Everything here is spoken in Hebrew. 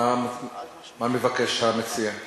מה מבקש המציע?